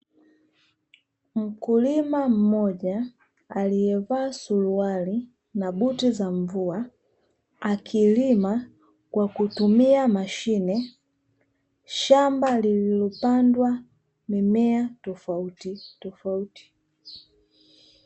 Mkulima mmoja aliyevaa suruali na buti za mvua akilima kwa kutumia mashine, shamba lililopandwa mimea tofauti tofauti.